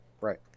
Right